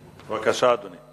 בבקשה, אדוני.